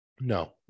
No